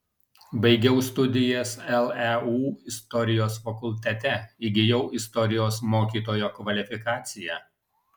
baigiau studijas leu istorijos fakultete įgijau istorijos mokytojo kvalifikaciją